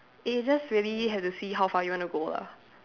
it is just really have to see how far you wanna go lah